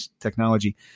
technology